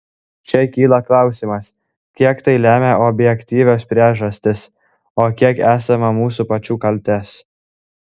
čia kyla klausimas kiek tai lemia objektyvios priežastys o kiek esama mūsų pačių kaltės